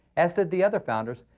as did the other founders,